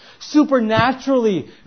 supernaturally